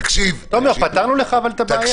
תקשיבו רגע -- תומר, פתרנו לך את הבעיה.